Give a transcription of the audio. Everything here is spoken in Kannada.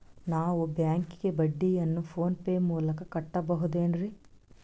ನಾವು ಬ್ಯಾಂಕಿಗೆ ಬಡ್ಡಿಯನ್ನು ಫೋನ್ ಪೇ ಮೂಲಕ ಕಟ್ಟಬಹುದೇನ್ರಿ?